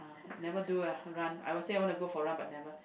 never do ah run I will say I wanna go for run but never